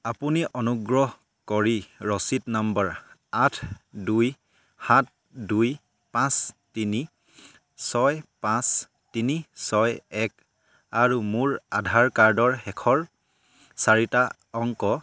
আপুনি অনুগ্ৰহ কৰি ৰচিদ নম্বৰ আঠ দুই সাত দুই পাঁচ তিনি ছয় পাঁচ তিনি ছয় এক আৰু মোৰ আধাৰ কাৰ্ডৰ শেষৰ চাৰিটা অংক